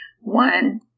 One